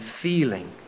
feeling